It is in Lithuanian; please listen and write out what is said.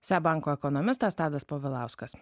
seb banko ekonomistas tadas povilauskas